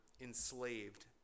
enslaved